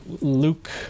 Luke